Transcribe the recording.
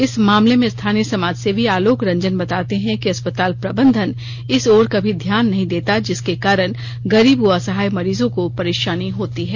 इस मामले में स्थानीय समाजसेवी आलोक रंजन बताते हैं कि अस्पताल प्रबंधन इस ओर कभी ध्यान नहीं देता जिसके कारण गरीब व असहाय मरीजों को परेशानी होती है